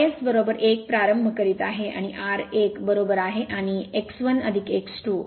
S 1 प्रारंभ करीत आहे आणि हे r 1 बरोबर आहे आणि हे x 1 x 2 आहे